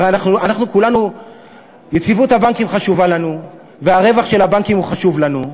הרי יציבות הבנקים חשובה לנו והרווח של הבנקים חשוב לנו,